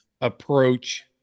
approach